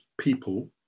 people